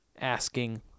asking